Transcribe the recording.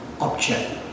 object